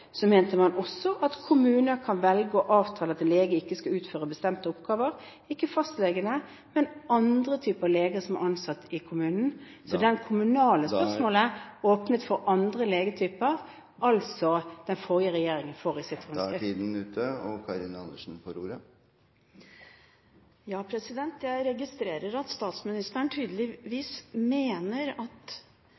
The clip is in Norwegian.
mente man også at kommuner kan velge å avtale at en lege ikke skal utføre bestemte oppgaver – ikke fastlegene, men andre typer leger som er ansatt i kommunen. Så det kommunale spørsmålet for andre legetyper åpnet altså den forrige regjeringen for i